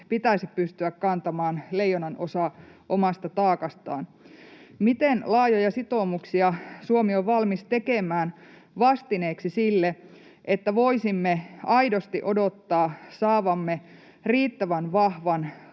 pitäisi pystyä kantamaan leijonanosa omasta taakastaan? Miten laajoja sitoumuksia Suomi on valmis tekemään vastineeksi sille, että voisimme aidosti odottaa saavamme riittävän vahvan